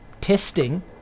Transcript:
testing